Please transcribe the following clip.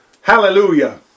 Hallelujah